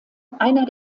einer